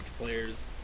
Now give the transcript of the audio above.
players